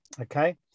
Okay